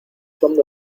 fondo